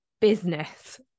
business